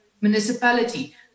municipality